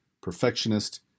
perfectionist